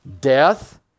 Death